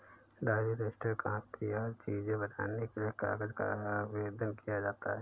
diary, register, copy आदि चीजें बनाने के लिए कागज का आवेदन किया जाता है